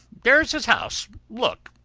there's his house, look,